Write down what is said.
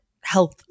health